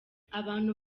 abantu